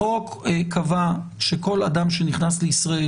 החוק קבע שכל אדם שנכנס לישראל,